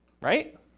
right